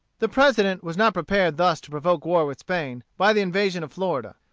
the president was not prepared thus to provoke war with spain, by the invasion of florida.